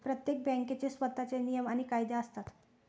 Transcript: प्रत्येक बँकेचे स्वतःचे नियम आणि कायदे असतात